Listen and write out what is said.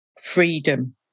freedom